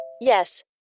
Yes